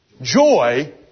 joy